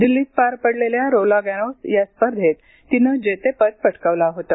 दिल्लीत पार पडलेल्या रॉलो गोरोस या स्पर्धेत तिने जेतेपद पटकावलं होतं